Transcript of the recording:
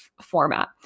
format